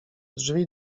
drzwi